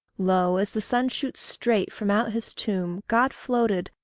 lo! as the sun shoots straight from out his tomb, god-floated,